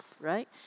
right